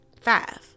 Five